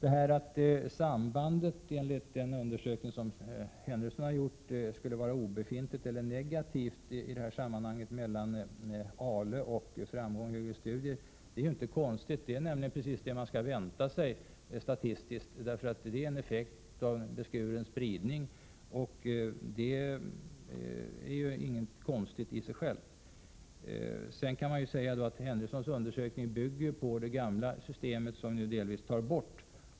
Enligt den undersökning som Henrysson har gjort skulle sambandet mellan arbetslivserfarenhet, ALE, och framgången i högre studier vara obefintligt, men det är inte konstigt. Det är nämligen vad man skall vänta sig statistiskt sett, eftersom det är fråga om en effekt av beskuren spridning. Detta är alltså i sig inte någonting konstigt. Sedan kan man säga att Henryssons undersökning bygger på det gamla system som nu delvis tas bort.